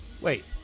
Wait